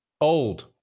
old